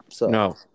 No